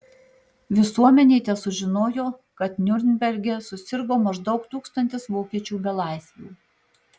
visuomenė tesužinojo kad niurnberge susirgo maždaug tūkstantis vokiečių belaisvių